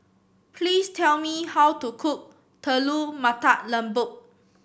please tell me how to cook Telur Mata Lembu